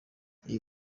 iyi